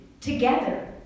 together